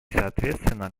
соответственно